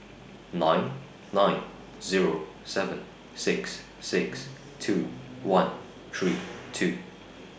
nine nine Zero seven six six two one three two